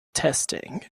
testing